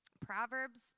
Proverbs